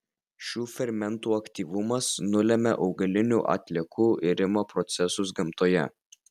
šių fermentų aktyvumas nulemia augalinių atliekų irimo procesus gamtoje